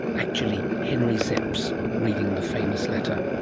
actually henri szeps reading the famous letter.